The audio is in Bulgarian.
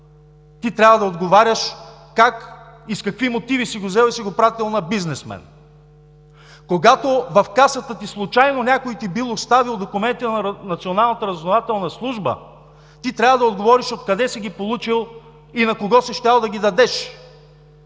ти трябва да отговаряш как и с какви мотиви си го взел и си го пратил на бизнесмен. Когато в касата ти случайно някой ти бил оставил документи на Националната разузнавателна служба, ти трябва да отговориш откъде си ги получил и на кого си щял да ги дадеш.